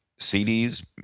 CDs